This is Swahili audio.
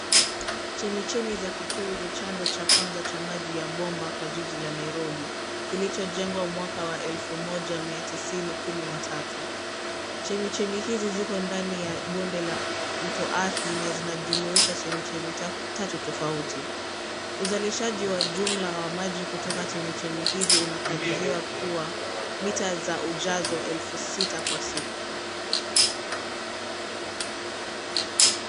Chemichemi za Kikuyu ni chanzo cha kwanza cha maji ya bomba kwa jiji la Nairobi lilichojengwa mwaka wa elfu moja mia tisini kumi na tatu. Chemichemi hizi ziko ndani ya bonde la mto Athi na zinajumisha chemichemi tatu tofauti. Uzalishaji wa jumla wa maji kutoka chemichemi hizi unakadiria kuwa mita za ujazo elfu sita kwa siku.